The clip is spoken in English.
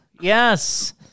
Yes